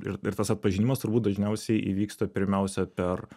ir ir tas atpažinimas turbūt dažniausiai įvyksta pirmiausia per